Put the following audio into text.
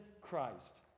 Christ